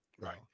right